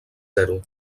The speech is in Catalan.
zero